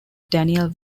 daniel